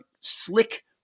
slick